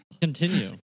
Continue